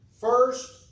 first